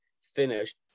finish